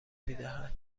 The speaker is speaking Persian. میدهد